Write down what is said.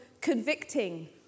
convicting